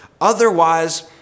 Otherwise